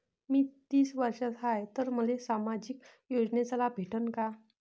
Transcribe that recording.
मी तीस वर्षाचा हाय तर मले सामाजिक योजनेचा लाभ भेटन का?